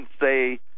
say